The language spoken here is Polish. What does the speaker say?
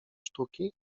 sztuki